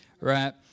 Right